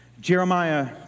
Jeremiah